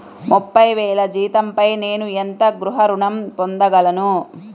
ముప్పై వేల జీతంపై నేను ఎంత గృహ ఋణం పొందగలను?